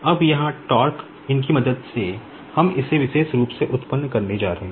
अब यहाँ इनकी मदद से हम इसे विशेष रूप से उत्पन्न करने जा रहे हैं